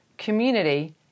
community